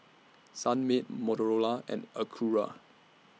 Sunmaid Motorola and Acura